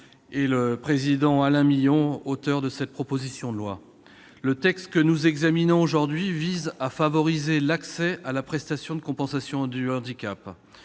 par le président Alain Milon, auteur de cette proposition de loi. Le texte que nous examinons aujourd'hui vise à favoriser l'accès à la prestation de compensation du handicap.